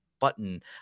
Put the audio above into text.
button